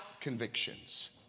convictions